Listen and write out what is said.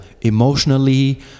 emotionally